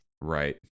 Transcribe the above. right